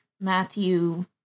Matthew